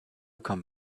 come